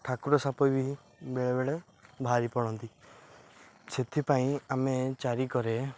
ଠାକୁର ସାପ ବି ବେଳେବେଳେ ବାହାରି ପଡ଼ନ୍ତି ସେଥିପାଇଁ ଆମେ ଚାରି କରେ